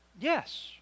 Yes